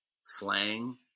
slang